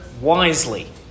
wisely